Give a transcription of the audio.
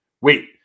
wait